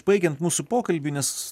baigiant mūsų pokalbį nes